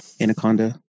Anaconda